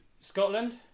Scotland